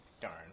Darn